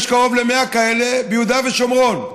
יש קרוב ל-100 כאלה ביהודה ושומרון.